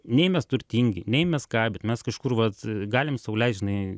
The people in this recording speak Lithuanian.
nei mes turtingi nei mes ką bet mes kažkur vat galim sau leist žinai